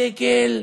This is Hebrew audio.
הדגל,